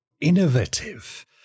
innovative